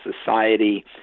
society